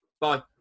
Bye